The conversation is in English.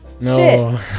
no